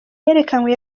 yerekanywe